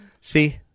See